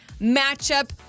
matchup